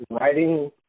writing